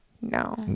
No